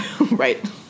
Right